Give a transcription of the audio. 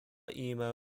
emo